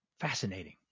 Fascinating